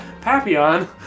Papillon